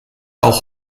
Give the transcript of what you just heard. auch